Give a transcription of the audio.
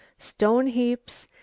stone heaps,